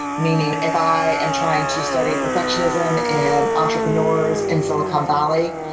meaning if i am trying to study perfectionism and entrepreneurs in silicon valley,